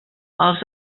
els